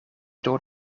door